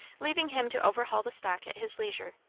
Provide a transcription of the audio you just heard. leaving him to overhaul the stock at his leisure.